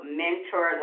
mentor